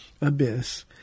abyss